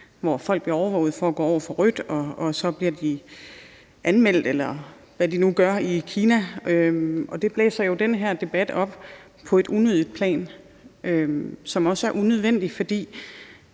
hvor folk bliver overvåget, når de går over for rødt, og så bliver de anmeldt, eller hvad de nu gør. Det blæser jo den her debat unødigt op, og det er bl.a. unødvendigt, fordi